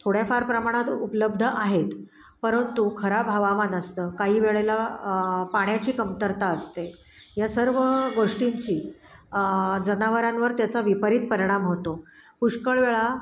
थोड्याफार प्रमाणात उपलब्ध आहेत परंतु खराब हवामान असतं काही वेळेला पाण्याची कमतरता असते या सर्व गोष्टींची जनावरांवर त्याचा विपरीत परिणाम होतो पुष्कळ वेळा